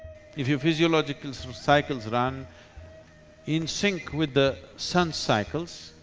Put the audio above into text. if your physiological so cycles run in sync with the sun's cycles,